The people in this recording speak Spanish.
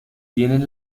tienen